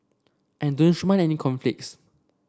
I any conflicts